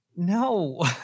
No